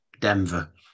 Denver